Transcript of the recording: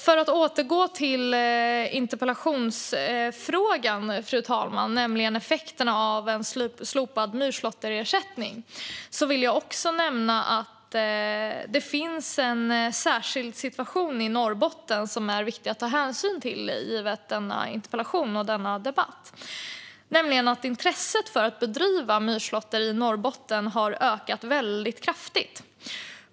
För att återgå till frågan i interpellationen, fru talman, nämligen effekterna av en slopad myrslåtterersättning, vill jag också nämna att det råder en särskild situation i Norrbotten som är viktig att ta hänsyn till i samband med denna interpellation och denna debatt: Intresset för att bedriva myrslåtter i Norrbotten har ökat väldigt kraftigt.